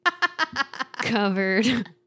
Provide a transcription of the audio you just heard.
covered